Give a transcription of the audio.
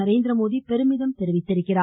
நரேந்திரமோடி பெருமிதம் தெரிவித்துள்ளார்